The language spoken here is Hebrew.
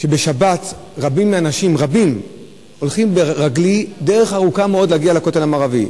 שבשבת רבים מהאנשים הולכים ברגל דרך ארוכה מאוד כדי להגיע לכותל המערבי.